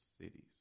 cities